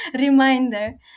reminder